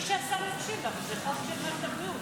תבקשי שהשר יקשיב לך, כי זה חוק של מערכת הבריאות.